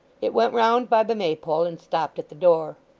it went round by the maypole, and stopped at the door.